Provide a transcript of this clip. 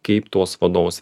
kaip tuos vadovus